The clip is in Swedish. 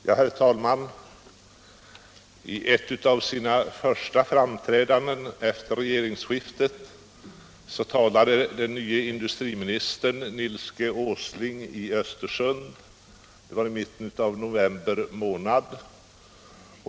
Herr talman! I ett av sina första framträdanden efter regeringsskiftet talade — sysselsättnings och den nye industriministern Nils G. Åsling i Östersund; det var i mitten = regionalpolitik av november månad.